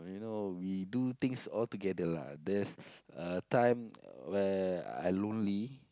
you know we do things all together lah there's a time where I lonely